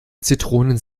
zitronen